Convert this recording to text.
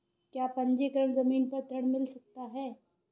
क्या पंजीकरण ज़मीन पर ऋण मिल सकता है?